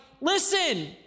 listen